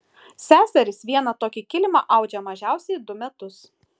seserys vieną tokį kilimą audžia mažiausiai du metus